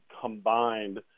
combined